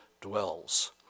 dwells